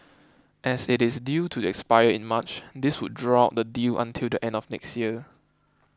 as it is due to expire in March this would draw out the deal until the end of next year